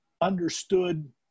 understood